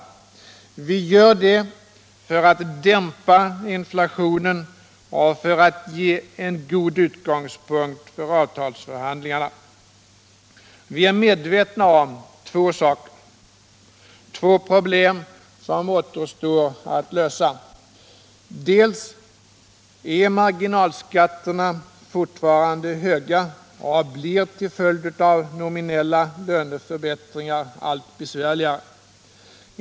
Vi gör det för att dämpa inflationen och ge en god utgångspunkt åt avtalsförhandlingarna. Vi är medvetna om två problem som återstår att lösa. Dels är marginalskatterna fortfarande höga och blir till följd av nominella löneförbättringar allt besvärligare.